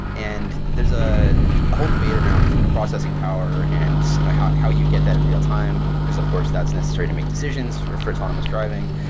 and there's a whole debate around processing power and you know how how you get that in real-time, because of course that's necessary to make decisions for autonomous driving.